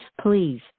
Please